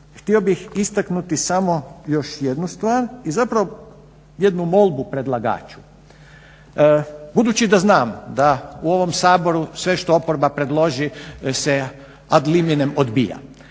htio bih istaknuti samo još jednu stvar i zapravo jednu molbu predlagaču. Budući da znam da u ovom Saboru sve što oporba predloži se ad liminem odbija,